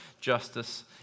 justice